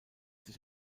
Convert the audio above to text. sich